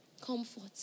Comfort